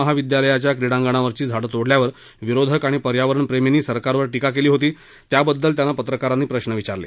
महाविद्यालयाच्या क्रिडांगणावरची झाडं तोडल्यावर विरोधक आणि पर्यावरण प्रेमींनी सरकारवर टीका केली होती त्याबद्दल त्यांना पत्रकारांनी प्रश्न विचारले